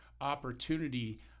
opportunity